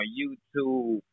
YouTube